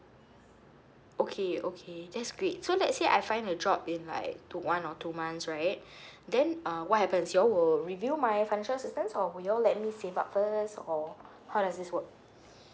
okay okay that's great so let's say I find a job in like to one or two months right then uh what happens you all will review my financial assistance or will you all let me save up first or how does this work